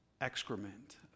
excrement